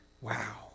Wow